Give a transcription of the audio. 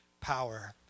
power